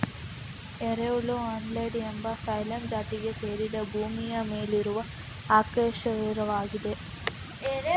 ಎರೆಹುಳು ಅನ್ನೆಲಿಡಾ ಎಂಬ ಫೈಲಮ್ ಜಾತಿಗೆ ಸೇರಿದ ಭೂಮಿಯ ಮೇಲಿರುವ ಅಕಶೇರುಕವಾಗಿದೆ